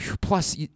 Plus